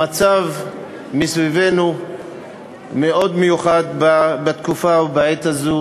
המצב סביבנו מאוד מיוחד בתקופה ובעת הזאת.